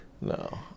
No